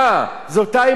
זה אותה שפה,